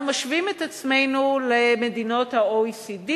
אנחנו משווים את עצמנו למדינות ה-OECD,